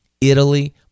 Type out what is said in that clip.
Italy